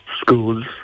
schools